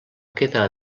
queda